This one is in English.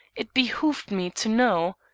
it behooved me to know.